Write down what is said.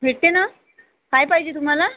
भेटते ना काय पाहिजे तुम्हाला